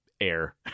air